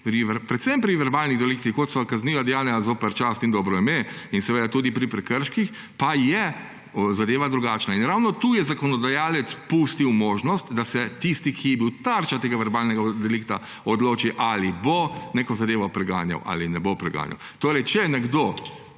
predvsem pri verbalnih deliktih, kot so kazniva dejanja zoper čast in dobro ime, in seveda tudi pri prekrških pa je zadeva drugačna. In ravno tu je zakonodajalec pustil možnost, da se tisti, ki je bil tarča tega verbalnega delikta, odloči, ali bo neko zadevo preganjal, ali je ne bo preganjal. Če je nekdo,